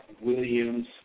Williams